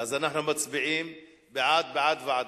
אז אנחנו מצביעים ובעד,